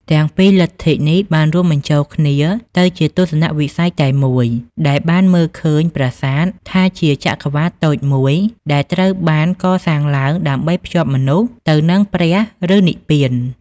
ទាំងពីរលទ្ធិនេះបានរួមបញ្ចូលគ្នាទៅជាទស្សនៈវិស័យតែមួយដែលបានមើលឃើញប្រាសាទថាជាចក្រវាឡតូចមួយដែលត្រូវបានកសាងឡើងដើម្បីភ្ជាប់មនុស្សទៅនឹងព្រះឬនិព្វាន។